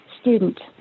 student